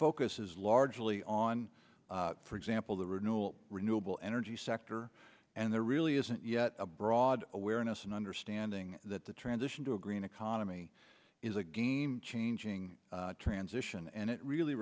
focuses largely on for example the renewal renewable energy sector and there really isn't yet a broad awareness and understanding that the transition to a green economy is a game changing transition and it really